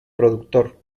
productor